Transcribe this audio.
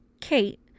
kate